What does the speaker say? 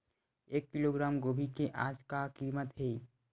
एक किलोग्राम गोभी के आज का कीमत हे?